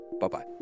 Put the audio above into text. Bye-bye